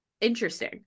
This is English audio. interesting